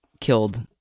killed